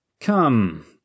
Come